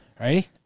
Ready